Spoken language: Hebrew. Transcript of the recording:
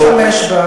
להשתמש בה.